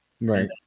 right